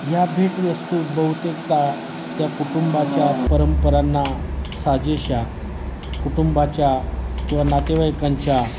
या भेटवस्तू बहुतेकदा त्या कुटुंबाच्या परंपरांना साजेशा कुटुंबाच्या किंवा नातेवाईकांच्या